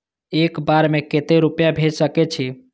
एक बार में केते रूपया भेज सके छी?